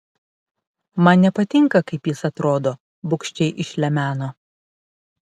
man nepatinka kaip jis atrodo bugščiai išlemeno